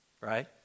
right